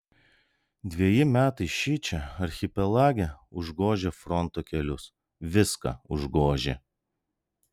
dveji metai šičia archipelage užgožė fronto kelius viską užgožė